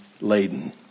laden